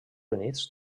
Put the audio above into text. units